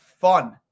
Fun